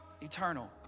Eternal